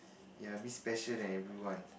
ya a bit special than everyone